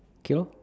okay lor